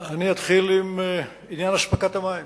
אני אתחיל עם עניין אספקת מים.